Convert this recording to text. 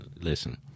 listen